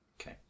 Okay